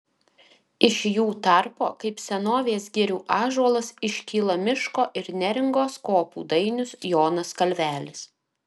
iš jų tarpo kaip senovės girių ąžuolas iškyla miško ir neringos kopų dainius jonas kalvelis